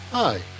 Hi